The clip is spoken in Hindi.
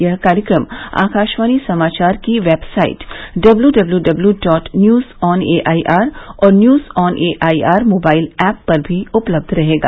यह कार्यक्रम आकाशवाणी समाचार की website W W W dot news on AIR और news on AIR mobile app पर भी उपलब्ध रहेगा